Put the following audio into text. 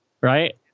Right